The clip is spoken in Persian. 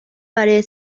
برای